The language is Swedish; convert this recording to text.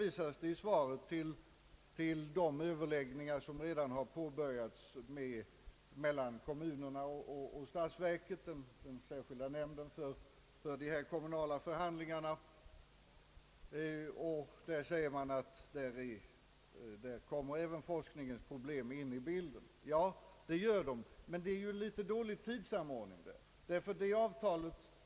I svaret hänvisas till de överläggningar som redan har påbörjats mellan kommunerna och statsverket i den särskilda nämnden för dessa kommunala förhandlingar; där kommer även forskningens problem in i bilden. Det gör de, men det är litet dålig tidssamordning.